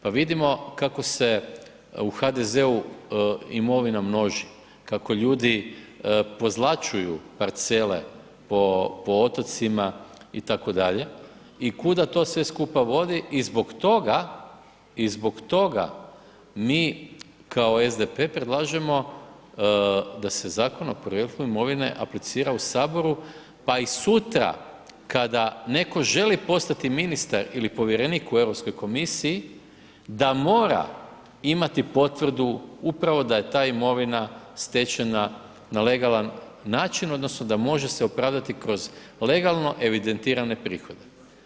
Pa vidimo kako se u HDZ-u imovina množi, kako ljudi pozlaćuju parcele po otocima itd. i kuda to sve skupa vodi i zbog toga mi kao SDP predlažemo da se Zakon o podrijetlu imovine aplicira u HS, pa i sutra kada netko želi postati ministar ili povjerenik u Europskoj komisiji da mora imati potvrdu upravo da je ta imovina stečena na legalan način odnosno da može se opravdati kroz legalno evidentirane prihode.